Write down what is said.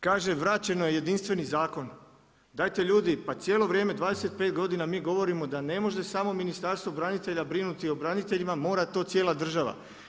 Kaže vraćen je jedinstveni zakon, dajte ljudi pa cijelo vrijeme 25 godina mi govorimo da ne može samo Ministarstvo branitelja brinuti o braniteljima, mora to cijela država.